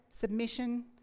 submission